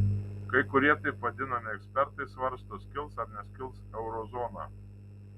kai kurie taip vadinami ekspertai svarsto skils ar neskils eurozona